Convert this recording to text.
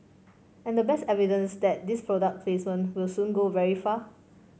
and the best evidence that this product placement will soon go very far